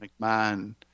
McMahon